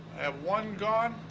have one gone,